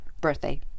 birthday